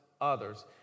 others